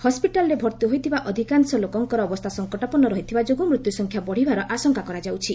ହସ୍କିଟାଲରେ ଭର୍ତ୍ତି ହୋଇଥିବା ଅଧିକାଂଶ ଲୋକଙ୍କର ଅବସ୍ଥା ସଙ୍କଟାପନୁ ରହିଥିବା ଯୋଗୁଁ ମୃତ୍ୟୁସଂଖ୍ୟା ବଢ଼ିବାର ଆଶଙ୍କା କରାଯାଉଛି